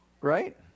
Right